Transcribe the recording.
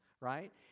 right